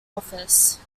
office